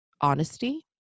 honesty